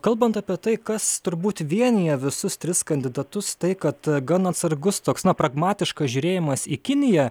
kalbant apie tai kas turbūt vienija visus tris kandidatus tai kad gan atsargus toks na pragmatiškas žiūrėjimas į kiniją